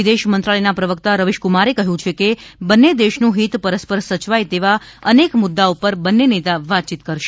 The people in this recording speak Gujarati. વિદેશમંત્રાલયના પ્રવકતા રવિશકુમારે કહ્યું છે કે બંને દેશનું હિત પરસ્પર સયવાય તેવા અનેક મુદ્દા ઉપર બંને નેતા વાતચીત કરશે